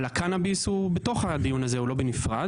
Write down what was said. אבל הקנביס הוא בתוך הדיון הזה, הוא לא בנפרד.